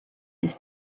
his